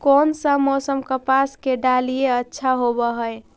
कोन सा मोसम कपास के डालीय अच्छा होबहय?